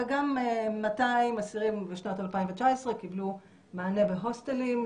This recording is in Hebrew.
וגם 200 אסירים בשנת 2019 קיבלו מענה בהוסטלים,